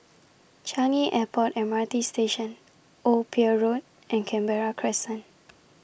Changi Airport M R T Station Old Pier Road and Canberra Crescent